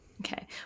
Okay